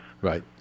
Right